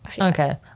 Okay